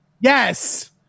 yes